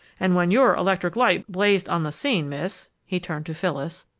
and when your electric light blazed on the scene, miss, he turned to phyllis,